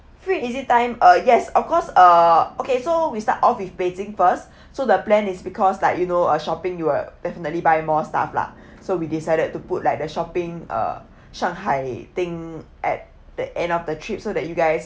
free and easy time uh yes of course uh okay so we start off with beijing first so the plan is because like you know uh shopping you will definitely buy more stuff lah so we decided to put like the shopping uh shanghai thing at the end of the trip so that you guys uh